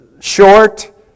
short